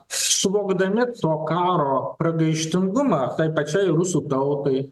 suvokdami to karo pragaištingumą pačiai rusų tautai